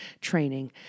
training